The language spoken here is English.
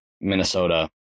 Minnesota